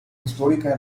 histórica